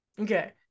Okay